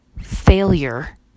failure